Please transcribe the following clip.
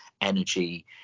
energy